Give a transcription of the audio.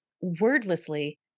Wordlessly